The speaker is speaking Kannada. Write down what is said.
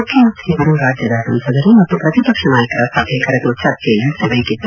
ಮುಖ್ಯಮಂತ್ರಿಯವರು ರಾಜ್ಯದ ಸಂಸದರು ಮತ್ತು ಪ್ರತಿ ಪಕ್ಷ ನಾಯಕರ ಸಭೆ ಕರೆದು ಚರ್ಚೆ ನಡೆಸಬೇಕಿತ್ತು